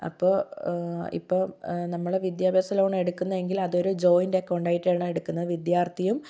അപ്പോൾ ഇപ്പോൾ നമ്മള് വിദ്യാഭ്യാസ ലോൺ എടുക്കുന്നതെങ്കിൽ അതൊരു ജോയിൻറ് അക്കൗണ്ട് ആയിട്ടാണ് എടുക്കുന്നത് വിദ്യാർത്ഥിയും